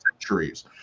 centuries